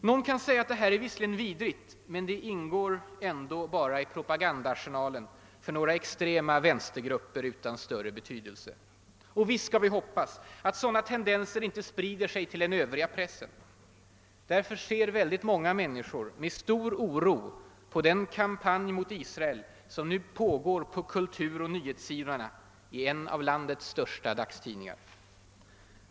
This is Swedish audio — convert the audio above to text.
Någon kan säga att det här är visserligen vidrigt men ingår ändå bara i propagandaarsenalen för några extrema vänstergrupper utan större betydelse. Och visst skall vi hoppas att sådana tendenser inte sprider sig till den övriga pressen. Därför ser många människor med stor oro på den kampanj mot Israel som nu pågår på kulturoch nyhetssidorna i en av landets största dagstidningar.